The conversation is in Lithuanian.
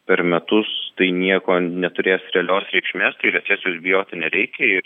per metus tai nieko neturės realios reikšmės tai recesijos bijoti nereikia ir